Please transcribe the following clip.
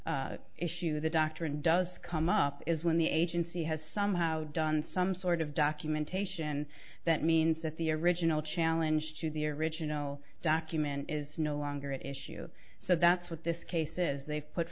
mootness issue the doctrine does come up is when the agency has somehow done some sort of documentation that means that the original challenge to the original document is no longer at issue so that's what this case is they've put